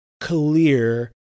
clear